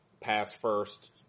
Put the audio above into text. pass-first